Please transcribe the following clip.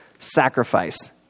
sacrifice